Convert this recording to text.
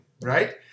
Right